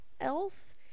else